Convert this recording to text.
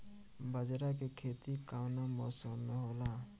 बाजरा के खेती कवना मौसम मे होला?